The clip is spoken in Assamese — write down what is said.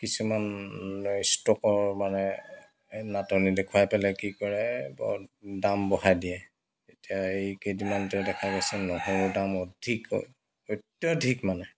কিছুমান ষ্ট'কৰ মানে নাটনি দেখুৱাই পেলাই কি কৰে বৰ দাম বঢ়াই দিয়ে এতিয়া এই কেইদিনমান দেখা পাইছো নহৰু দাম অধিক অত্যাধিক মানে